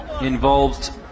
involved